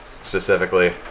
Specifically